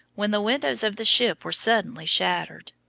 when the windows of the ship were suddenly shattered.